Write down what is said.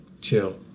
chill